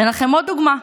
אתן לכם עוד דוגמה: